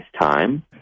time